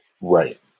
right